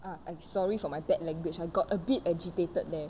uh I am sorry for my bad language I got a bit agitated there